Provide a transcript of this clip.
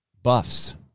Buffs